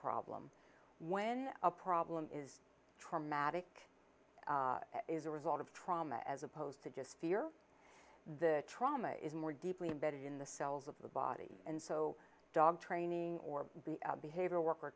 problem when a problem is traumatic is a result of trauma as opposed to just fear the trauma is more deeply embedded in the cells of the body and so dog training or the behavioral worker